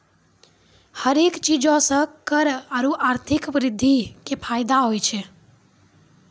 हरेक चीजो से कर आरु आर्थिक वृद्धि के फायदो होय छै